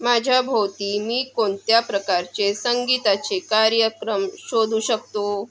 णमाझ्याभोवती मी कोनत्या प्रकारचे संगीताचे कार्यक्रम शोधू शकतो